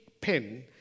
pen